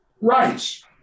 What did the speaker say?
rights